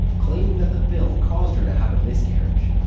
claiming that the film caused her to have a miscarriage.